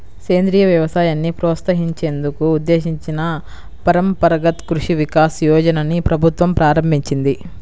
సేంద్రియ వ్యవసాయాన్ని ప్రోత్సహించేందుకు ఉద్దేశించిన పరంపరగత్ కృషి వికాస్ యోజనని ప్రభుత్వం ప్రారంభించింది